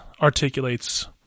articulates